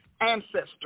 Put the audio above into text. ancestor